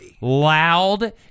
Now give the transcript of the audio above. loud